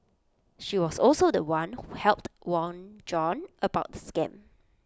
she was also The One who helped warn John about the scam